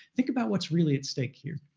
think about what's really at stake here.